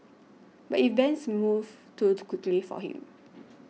but events moved too the quickly for him